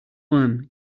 worm